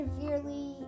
Severely